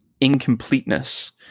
incompleteness